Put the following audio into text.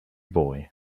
boy